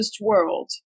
world